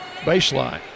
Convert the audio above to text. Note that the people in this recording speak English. Baseline